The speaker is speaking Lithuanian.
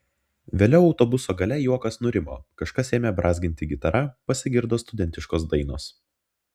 vėliau autobuso gale juokas nurimo kažkas ėmė brązginti gitara pasigirdo studentiškos dainos